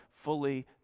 fully